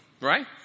right